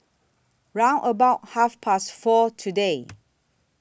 round about Half Past four today